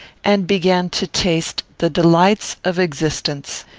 and began to taste the delights of existence.